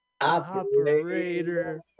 operator